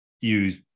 use